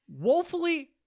woefully